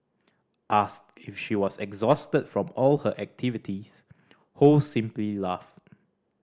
asked if she was exhausted from all her activities Ho simply laughed